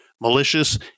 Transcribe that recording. Malicious